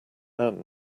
anne